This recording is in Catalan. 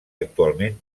actualment